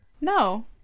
No